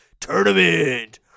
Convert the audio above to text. tournament